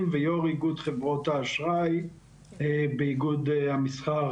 ויו"ר איגוד חברות האשראי באיגוד המסחר.